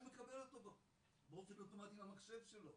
הוא מקבל אותו באופן אוטומטי למחשב שלו,